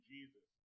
Jesus